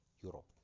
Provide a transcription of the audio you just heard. Europe